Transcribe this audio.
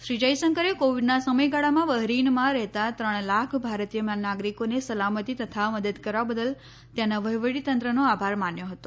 શ્રી જયશંકરે કોવિડના સમયગાળામાં બહરીનમાં રહેતા ત્રણ લાખ ભારતીય નાગરિકોને સલામતી તથા મદદ કરવા બદલ ત્યાંના વહીવટીતંત્રનો આભાર માન્યો હતો